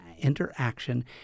interaction